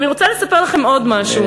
ואני רוצה לספר לכם עוד משהו.